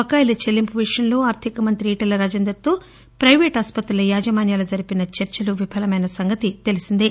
బకాయిల చెల్లింపు విషయంలో ఆర్థిక మంత్రి ఈటల రాజేందర్ తో ప్లైపేటు ఆస్పత్రుల యాజమాన్యాలు జరిపిన చర్చలు విఫలమైన సంగతి తెలిసిందే